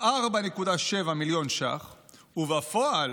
4.7 מיליון ש"ח ובפועל